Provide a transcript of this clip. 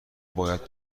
باید